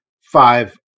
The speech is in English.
five